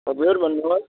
हजुर भन्नुहोस्